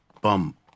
bum